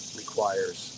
requires